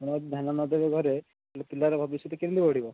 ଆପଣ ଯଦି ଧ୍ୟାନ ନଦେବେ ଘରେ ତ ପିଲାର ଭବିଷ୍ୟତ କେମିତି ବଢ଼ିବ